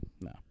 no